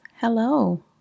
hello